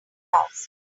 hours